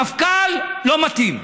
המפכ"ל לא מתאים.